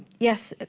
yes,